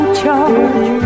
charge